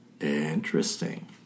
Interesting